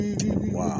Wow